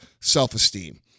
self-esteem